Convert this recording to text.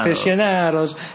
Aficionados